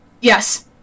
Yes